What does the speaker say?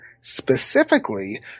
specifically